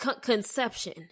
conception